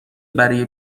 برای